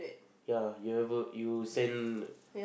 yeah you ever you send